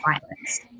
violence